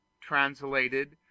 Translated